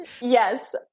Yes